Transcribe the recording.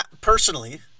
Personally